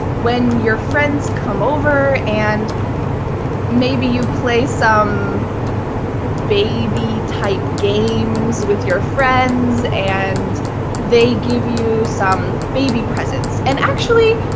when your friends come over and maybe you play some baby type games with your friends, and they give you some baby presents. and actually,